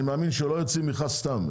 אני מאמין שהוא לא יוציא מכרז סתם.